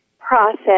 process